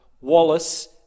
Wallace